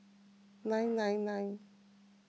nine nine nine